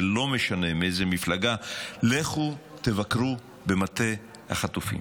ולא משנה מאיזו מפלגה: לכו תבקרו במטה החטופים,